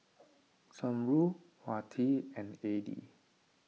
Zamrud Wati and Adi